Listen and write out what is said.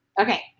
Okay